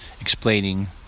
explaining